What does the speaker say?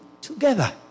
together